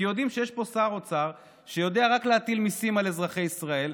כי הם יודעים שיש פה שר אוצר שיודע רק להטיל מיסים על אזרחי ישראל,